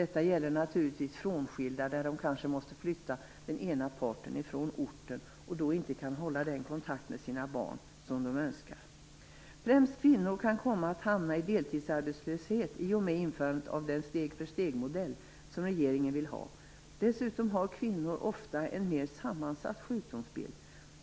Detta gäller naturligtvis frånskilda, där den ena parten måste flytta från orten och då inte kan hålla den kontakt med sina barn som de önskar. Främst kvinnor kan komma att hamna i deltidsarbetslöshet i och med införandet av den steg-för-stegmodell som regeringen vill ha. Dessutom har kvinnor ofta en mer sammansatt sjukdomsbild.